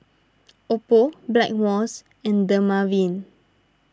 Oppo Blackmores and Dermaveen